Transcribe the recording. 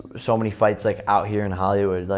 so many fights like out here in hollywood, like